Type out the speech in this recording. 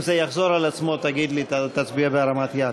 אם זה יחזור על עצמו, תגיד לי, תצביע בהרמת יד.